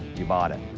you bought it.